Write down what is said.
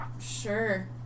sure